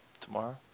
Tomorrow